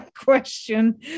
question